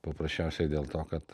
paprasčiausiai dėl to kad